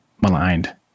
maligned